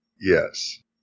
Yes